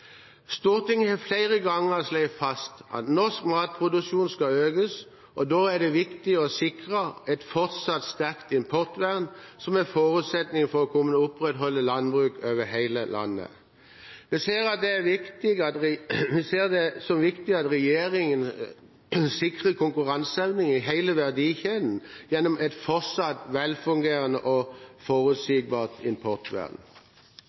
Stortinget har flere ganger slått fast at norsk matproduksjon skal økes, og da er det viktig å sikre et fortsatt sterkt importvern som en forutsetning for å kunne opprettholde landbruk over hele landet. Vi ser det som viktig at regjeringen sikrer konkurranseevnen i hele verdikjeden gjennom et fortsatt velfungerende og forutsigbart importvern.